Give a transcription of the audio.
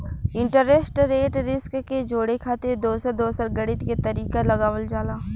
interest rate risk के जोड़े खातिर दोसर दोसर गणित के तरीका लगावल जाला